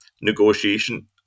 negotiation